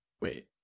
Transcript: wait